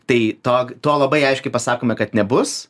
tai to tuo labai aiškiai pasakome kad nebus